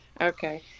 Okay